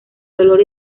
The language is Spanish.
dolor